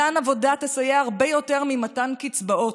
מתן עבודה יסייע הרבה יותר ממתן קצבאות.